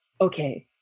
okay